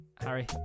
Harry